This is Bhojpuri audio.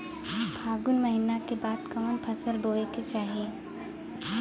फागुन महीना के बाद कवन फसल बोए के चाही?